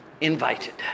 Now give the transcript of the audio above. invited